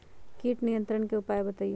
किट नियंत्रण के उपाय बतइयो?